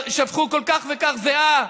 ושפכו כך וכך זיעה.